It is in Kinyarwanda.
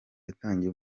yatangiye